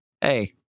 hey